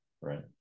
right